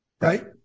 Right